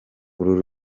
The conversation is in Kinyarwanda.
uru